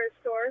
store